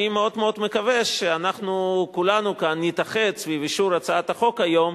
אני מאוד מאוד מקווה שאנחנו כולנו כאן נתאחד סביב אישור הצעת החוק היום,